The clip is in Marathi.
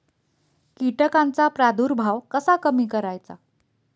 कीटकांचा प्रादुर्भाव कसा कमी करायचा?